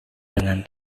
dengan